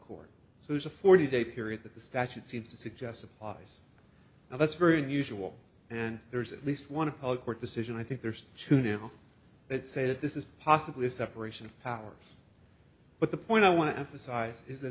court so there's a forty day period that the statute seems to suggest applies now that's very unusual and there's at least one a public court decision i think there's two new books that say that this is possibly a separation of powers but the point i want to emphasize is that